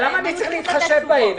למה אני צריך להתחשב בהם?